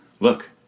Look